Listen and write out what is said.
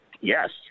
Yes